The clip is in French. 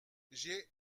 j’ai